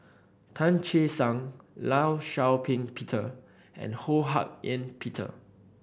Tan Che Sang Law Shau Ping Peter and Ho Hak Ean Peter